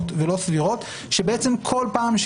בשביל זה יש